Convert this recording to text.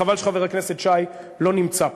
חבל שחבר הכנסת שי לא נמצא פה.